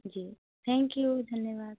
ji thank you धन्यवाद